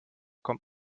kommt